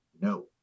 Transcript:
no